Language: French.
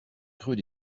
creux